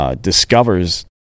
Discovers